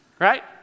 Right